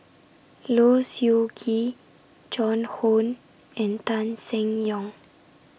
Low Siew Nghee Joan Hon and Tan Seng Yong